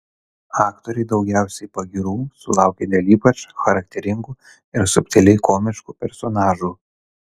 aktoriai daugiausiai pagyrų sulaukia dėl ypač charakteringų ir subtiliai komiškų personažų